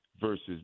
versus